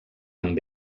amb